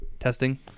Testing